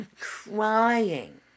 crying